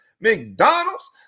McDonald's